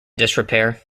disrepair